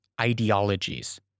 ideologies